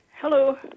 Hello